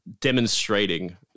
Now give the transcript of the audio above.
demonstrating